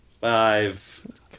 Five